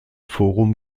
forum